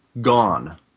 gone